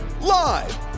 Live